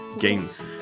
Games